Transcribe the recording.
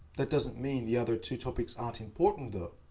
that doesn't mean the other two topics aren't important, though.